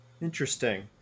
Interesting